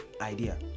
idea